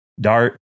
Dart